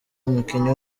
umukinnyi